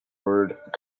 word